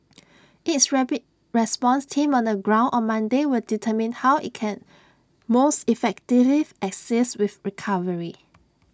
its rapid response team on the ground on Monday will determine how IT can most effectively assist with recovery